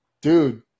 dude